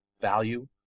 value